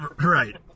Right